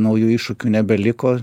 naujų iššūkių nebeliko